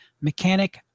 mechanic